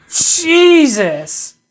Jesus